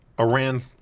Iran